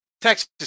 Texas